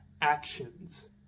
actions